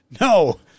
No